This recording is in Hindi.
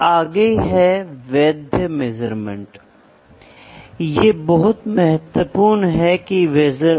इसलिए आज के विनिर्माण परिदृश्य में मेजरमेंट एक बहुत ही महत्वपूर्ण विषय बन चुका है